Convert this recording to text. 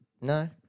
No